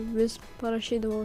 vis parašydavau